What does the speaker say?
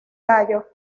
gallos